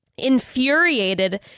infuriated